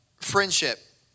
friendship